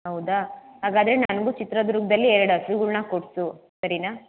ಹೌದ ಹಾಗಾದ್ರೆ ನನಗು ಚಿತ್ರದುರ್ಗದಲ್ಲಿ ಎರಡು ಹಸುಗುಳ್ನ ಕೊಡಿಸು ಸರಿನಾ